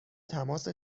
تماس